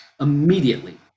immediately